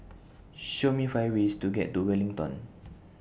Show Me five ways to get to Wellington